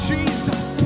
Jesus